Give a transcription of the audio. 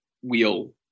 wheel